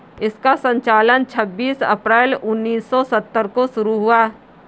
इसका संचालन छब्बीस अप्रैल उन्नीस सौ सत्तर को शुरू हुआ